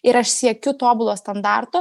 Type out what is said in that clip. ir aš siekiu tobulo standarto